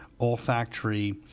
olfactory